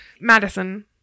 madison